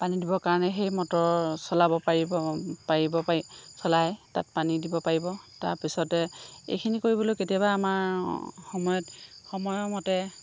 পানী দিবৰ কাৰণে সেই মটৰ চলাব পাৰিব পাৰি চলাই তাত পানী দিব পাৰিব তাৰ পিছতে এইখিনি কৰিবলৈ কেতিয়াবা আমাৰ সময়ত সময়ৰ মতে